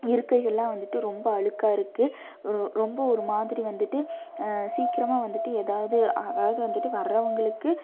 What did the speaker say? இருக்கைகள்லாம் வந்துட்டு ரொம்ப அழுக்காக இருக்குது ரொம்ப ஒரு மாதிரி வந்துட்டு சீக்கிரமாக வந்துட்டு எதாவது அதாவது வந்துட்டு வர்றவங்களுக்கு